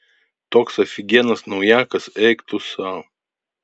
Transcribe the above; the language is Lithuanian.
toks afigienas naujakas eik tu sau